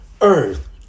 earth